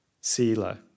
Sila